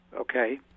Okay